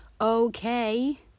Okay